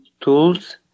tools